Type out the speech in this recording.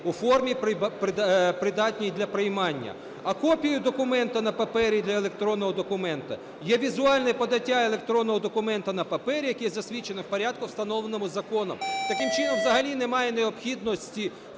у формі, придатній для приймання. А копія документу на папері для електронного документу є візуальне подання електронного документу на папері, який засвідчений в порядок у, встановленому законом. Таким чином, взагалі немає необхідності